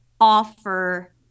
offer